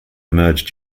emerge